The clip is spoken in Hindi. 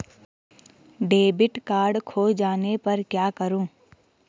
डेबिट कार्ड खो जाने पर क्या करूँ?